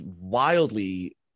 wildly